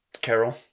Carol